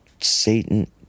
Satan